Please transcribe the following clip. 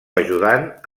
ajudant